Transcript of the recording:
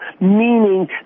meaning